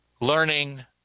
Learning